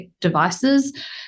devices